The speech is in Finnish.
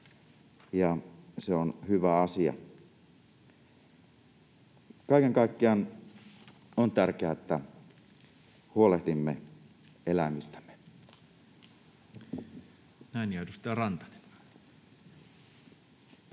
se on hyvä asia. Kaiken kaikkiaan on tärkeää, että huolehdimme eläimistämme.